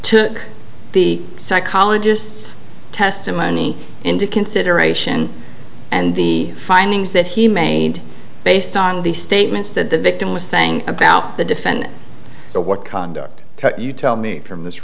took the psychologist's testimony into consideration and the findings that he made based on the statements that the victim was saying about the defend the what conduct you tell me from this